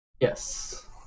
Yes